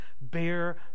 bear